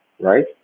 Right